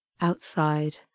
Outside